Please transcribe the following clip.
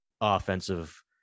offensive